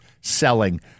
selling